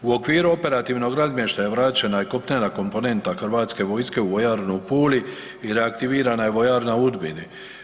U okviru operativnog razmještaja vraćena je kopnena komponenta Hrvatske vojske u vojarnu u Puli i reaktivirana je vojarna u Udbini.